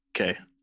Okay